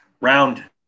Round